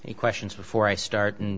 the questions before i start and